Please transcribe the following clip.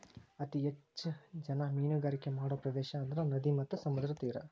ಅತೇ ಹೆಚ್ಚ ಜನಾ ಮೇನುಗಾರಿಕೆ ಮಾಡು ಪ್ರದೇಶಾ ಅಂದ್ರ ನದಿ ಮತ್ತ ಸಮುದ್ರದ ತೇರಾ